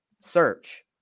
search